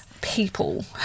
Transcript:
people